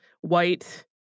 white